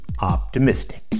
optimistic